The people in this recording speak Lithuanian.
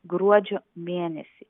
gruodžio mėnesį